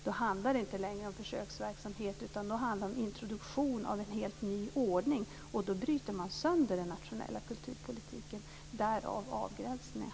Då handlar det inte längre om försöksverksamhet utan om introduktion av en helt ny ordning, och då bryter man sönder den nationella kulturpolitiken, därav avgränsningen.